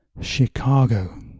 Chicago